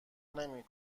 نمی